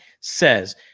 says